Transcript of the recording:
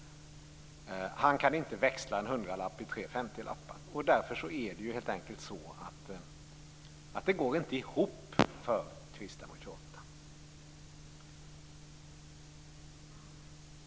Han kan inte växla en hundralapp i tre femtiolappar. Därför går det helt enkelt inte ihop för Kristdemokraterna.